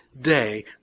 day